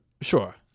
Sure